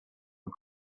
and